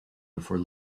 before